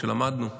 כשלמדנו פעם,